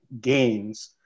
gains